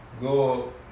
go